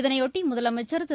இதனையொட்டி முதலமைச்சர் திரு